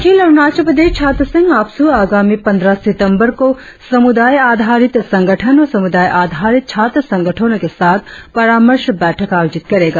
अखिल अरुणाचल प्रदेश छात्र संघ आपसू आगामी पंद्रह सितम्बर को समुदाय आधारित संगठन और समुदाय आधारित छात्र संगठनों के साथ परामर्श बैठक आयोजित करेगा